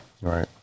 Right